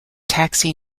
taxi